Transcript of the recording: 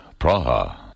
Praha